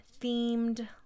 themed